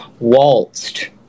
waltzed